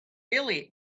really